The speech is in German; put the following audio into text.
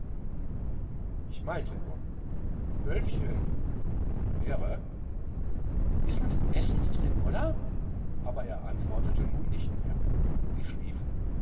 ich meinte nur wölfchen claire is'n zu essens drin oder aber er antwortete nun nicht mehr sie schliefen